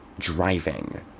Driving